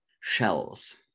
shells